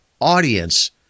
audience